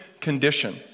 condition